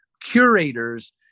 curators